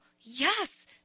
yes